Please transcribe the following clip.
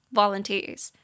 volunteers